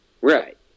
right